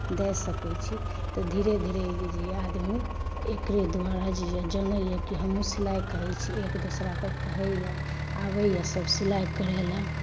दए सकै छी तऽ धीरे धीरे ई जे यऽ आदमी एकरे द्वारा जनैया जे हमहू सिलाइ करै छी एकदोसरा के कहैया आबैया सब सिलाइ करैला